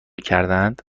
کردهاند